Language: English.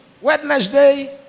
Wednesday